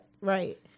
Right